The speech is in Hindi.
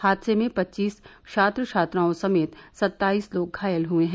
हादसे में पच्चीस छात्र छात्राओं समेत सत्ताइस लोग घायल हुए हैं